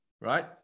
right